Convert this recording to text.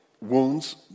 wounds